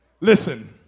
Listen